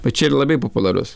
va čia ir labai populiarus